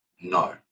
No